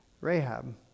Rahab